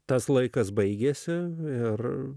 tas laikas baigėsi ir